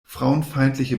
frauenfeindliche